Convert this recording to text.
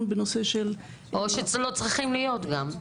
בנושא של --- או שלא צריכים להיות גם.